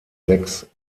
sechs